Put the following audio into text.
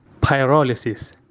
Pyrolysis